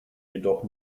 jedoch